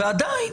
ועדיין,